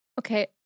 Okay